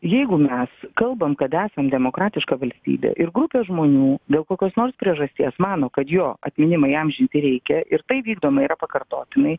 jeigu mes kalbam kad esam demokratiška valstybė ir grupė žmonių dėl kokios nors priežasties mano kad jo atminimui įamžinti reikia ir tai vykdoma yra pakartotinai